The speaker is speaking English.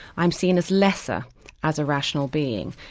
i'm seen as lesser as a rational being.